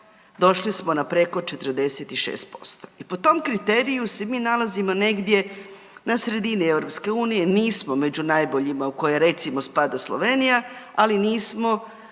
došli smo na preko 46%. I po tom kriteriju se mi nalazimo negdje na sredini EU, nismo među najboljima u koje recimo spada Slovenija, ali nismo